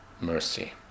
mercy